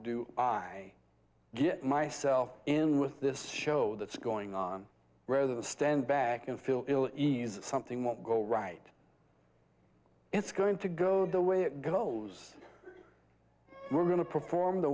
do i get myself in with this show that's going on where the stand back and feel ill at ease something won't go right it's going to go the way it goes we're going to perform the